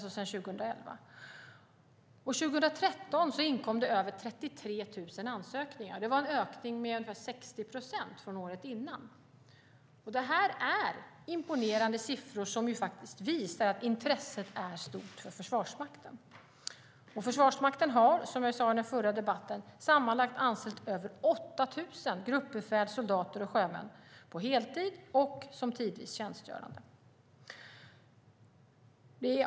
År 2013 inkom över 33 000 ansökningar. Det var en ökning med ungefär 60 procent från året innan. Det här är imponerande siffror som faktiskt visar att intresset är stort för Försvarsmakten. Försvarsmakten har, som jag sade i den förra debatten, sammanlagt anställt över 8 000 gruppbefäl, soldater och sjömän på heltid och som tidvis tjänstgörande.